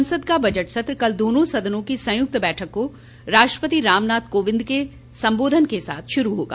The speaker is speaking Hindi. संसद का बजट सत्र कल दोनों सदनों की संयुक्त बैठक को राष्ट्रपति रामनाथ कोविंद के संबोधन के साथ श्रू होगा